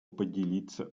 поделиться